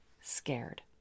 scared